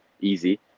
easy